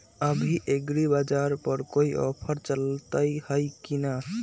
अभी एग्रीबाजार पर कोई ऑफर चलतई हई की न?